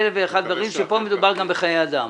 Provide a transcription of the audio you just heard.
כאן מדובר גם בחיי אדם.